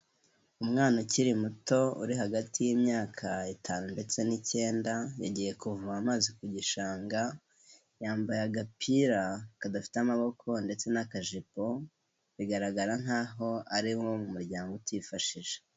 Umwana ukiri muto uri hagati y'imyaka itanu ndetse n'ikenda, yagiye kuvoma amazi ku gishanga, yambaye agapira kadafite amaboko ndetse n'akajipo bigaragara nk'aho ari nko mu muryango utifashije.